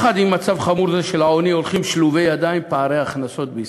עם מצב חמור זה של העוני הולכים שלובי ידיים פערי ההכנסות בישראל.